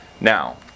Now